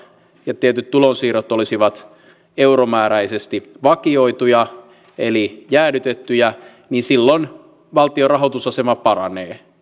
ja tietyt tulonsiirrot olisivat euromääräisesti vakioituja eli jäädytettyjä niin silloin valtion rahoitusasema paranee